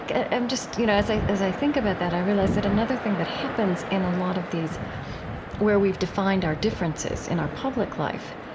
and um you know, as i as i think about that, i realize that another thing that happens in a lot of these where we've defined our differences in our public life,